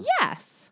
Yes